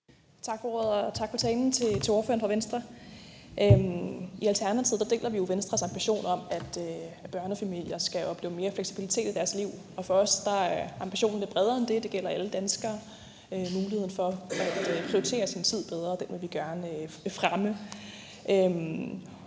Tak for ordet. Og tak til ordføreren fra Venstre for talen. I Alternativet deler vi jo Venstres ambition om, at børnefamilier skal opleve mere fleksibilitet i deres liv. For os er ambitionen lidt bredere end det, så det gælder for alle danskere; muligheden for at prioritere sin tid bedre vil vi gerne fremme.